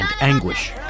anguish